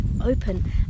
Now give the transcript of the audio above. open